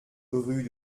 rue